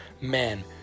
Man